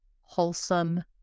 wholesome